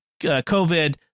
COVID